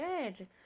Good